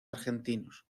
argentinos